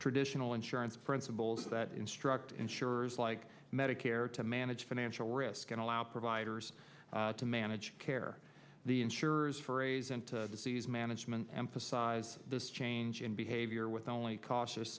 traditional insurance principles that instruct insurers like medicare to manage financial risk and allow providers to manage care the insurers for a reason to seize management emphasize this change in behavior with only cautious